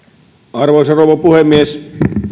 arvoisa rouva puhemies